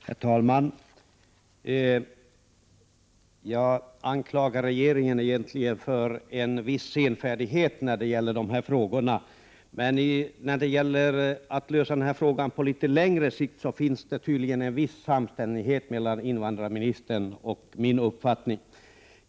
Herr talman! Jag anklagar regeringen för en viss senfärdighet när det gäller de här frågorna, men när det gäller att lösa problemen på litet längre sikt finns det tydligen en viss samstämmighet mellan invandrarministerns och min uppfattning.